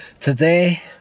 Today